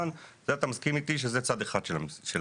זה אתה מסכים איתי שזה צד אחד של המשוואה.